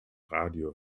radio